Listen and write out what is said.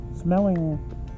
smelling